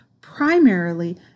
primarily